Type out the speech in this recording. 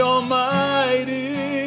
Almighty